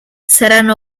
saranno